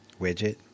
Widget